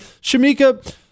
Shamika